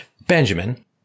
Benjamin